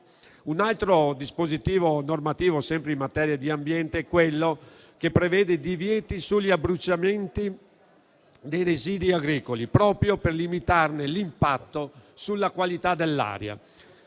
Un altro dispositivo normativo sempre in materia di ambiente è quello che prevede divieti sugli abbruciamenti dei residui agricoli proprio per limitarne l'impatto sulla qualità dell'aria.